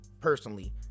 personally